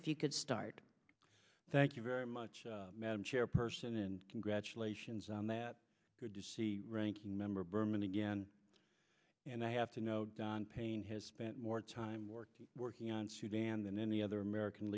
you could start thank you very much madam chairperson and congratulations on that good to see ranking member berman again and i have to know don payne has spent more time working working on sudan than any other american